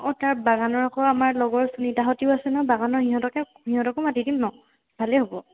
অঁ তাৰ বাগানৰ আকৌ আমাৰ লগৰ সুনীতাহঁতো আছে নহয় বাগানৰ সিহঁতকে সিহঁতকো মাতি দিম ন ভালেই হ'ব